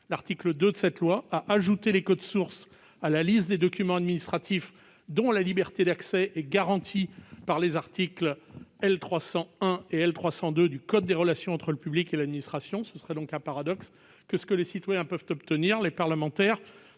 L'article 2 de cette loi a ajouté les codes sources à la liste des documents administratifs dont la liberté d'accès est garantie par les articles L. 300-1 et L. 300-2 du code des relations entre le public et l'administration. Il serait donc paradoxal que les parlementaires